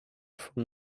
from